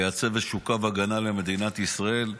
לייצב איזשהו קו הגנה למדינת ישראל.